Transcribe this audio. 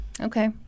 Okay